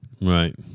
Right